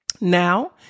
Now